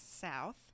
south